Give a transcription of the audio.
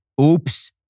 Oops